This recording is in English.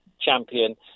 champion